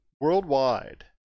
worldwide